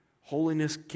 holiness